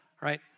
right